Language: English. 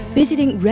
Visiting